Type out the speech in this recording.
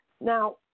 Now